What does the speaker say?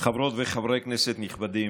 חברות וחברי כנסת נכבדים,